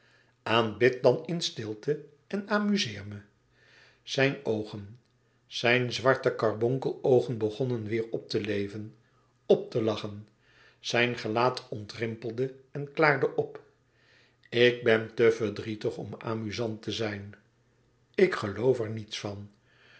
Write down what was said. aanbid dan in stilte en amuzeer me zijn oogen zijn zwarte karbonkeloogen begonnen weêr op te leven op te lachen zijn gelaat ontrimpelde en klaarde op ik ben te verdrietig om amuzant te zijn ik geloof er niets van